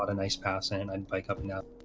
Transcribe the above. ah nice pass in and by coming up